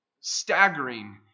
Staggering